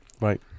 Right